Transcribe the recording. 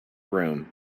room